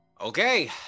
Okay